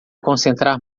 concentrar